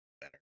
better